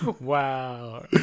wow